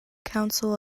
counsel